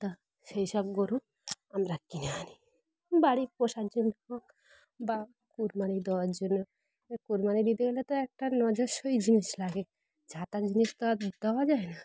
তা সেই সব গরু আমরা কিনে আনি বাড়ির পোশার জন্য হোক বা কুরবানি দেওয়ার জন্য কুরবানি দিতে গেলে তো একটা নজরসই জিনিস লাগে যা তা জিনিস তো আর দেওয়া যায় না